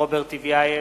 רוברט טיבייב,